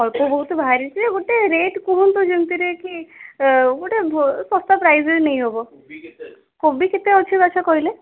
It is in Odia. ଅଳ୍ପ ବହୁତ ଭାରି ଯେ ଗୋଟେ ରେଟ୍ କୁହନ୍ତୁ ଯେମିତିରେ କି ଗୋଟେ ଶସ୍ତା ପ୍ରାଇସ୍ରେ ନେଇ ହେବ କୋବି କେତେ ଅଛି ଆଚ୍ଛା କହିଲେ